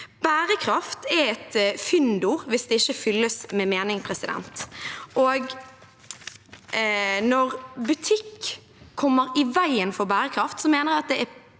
Bærekraft er et fyndord hvis det ikke fylles med mening, og når butikk kommer i veien for bærekraft mener jeg at det er